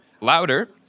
Louder